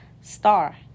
star